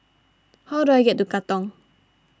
how do I get to Katong